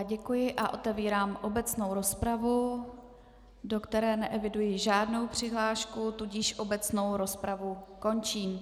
Děkuji a otevírám obecnou rozpravu, do které neeviduji žádnou přihlášku, tudíž obecnou rozpravu končím.